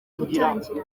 gutangira